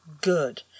good